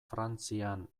frantzian